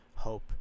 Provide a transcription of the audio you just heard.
hope